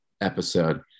episode